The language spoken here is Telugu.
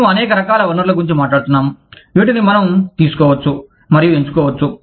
మేము అనేక రకాల వనరుల గురించి మాట్లాడుతున్నాము వీటిని మనం తీసుకొవచ్చు మరియు ఎంచుకోవచ్చు